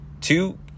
Two